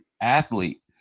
athlete